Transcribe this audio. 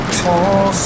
tall